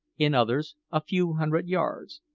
in others a few hundred yards,